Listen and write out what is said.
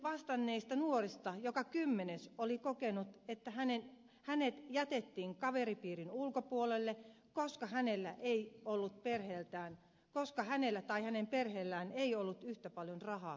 kyselyyn vastanneista nuorista joka kymmenes oli kokenut että hänet jätettiin kaveripiirin ulkopuolelle koska hänellä ei ollut perhettään koska hänellä tai hänen perheellään ei ollut yhtä paljon rahaa kuin muilla